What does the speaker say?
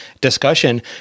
discussion